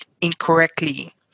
incorrectly